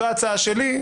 זו ההצעה שלי.